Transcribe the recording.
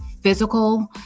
physical